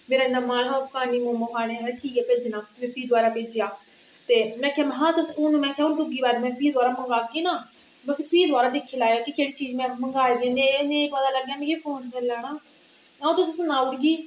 मेरा इन्ना मन ओह् खाने गी मोमो खाने गी ठीक ऐ भेजना फ्ही उनें दबारा भेजे हा में आखेआ हून दूई बारी में दबारा मंगवागी ना फ्ही दबारा दिक्खी लैओ केहड़ी चीज में मंगवाई दी ऐ ते नेईं पता लग्गे ते मिगी फोन करी लैना अऊं तुसेंगी सनाई ओड़गी